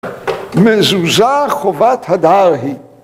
מזוזה חובת הדר היא